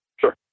Sure